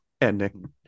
ending